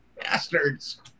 bastards